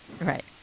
Right